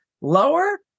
lower